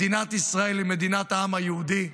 מדינת ישראל היא מדינת העם היהודי.